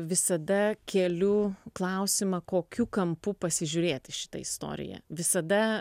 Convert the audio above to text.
visada keliu klausimą kokiu kampu pasižiūrėt į šitą istoriją visada